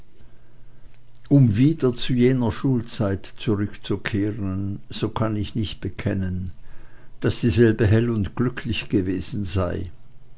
um wieder zu jener schulzeit zurückzukehren so kann ich nicht bekennen daß dieselbe hell und glücklich gewesen sei